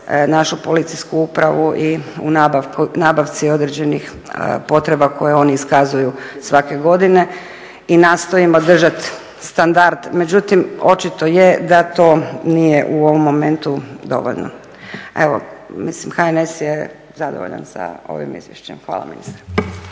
našu policijsku upravu i u nabavci određenih potreba koje oni iskazuju svake godine i nastojimo držati standard. Međutim, očito je da to nije u ovom momentu dovoljno. Evo, mislim HNS je zadovoljan sa ovim izvješćem. Hvala.